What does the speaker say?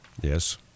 yes